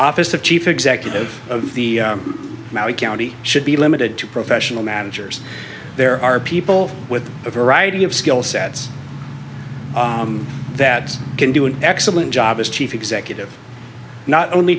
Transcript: office the chief executive of the county should be limited to professional managers there are people with a variety of skill sets that can do an excellent job as chief executive not only